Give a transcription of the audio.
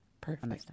Perfect